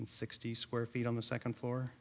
and sixty square feet on the second floor